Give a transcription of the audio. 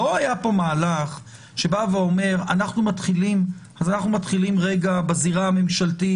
לא היה פה מהלך שבא ואומר: אנחנו מתחילים בזירה הממשלתית